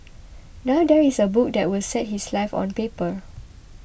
now there is a book that will set his life on paper